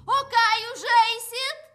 o ką jūs žaisit